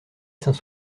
saint